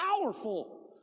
powerful